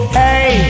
hey